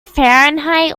fahrenheit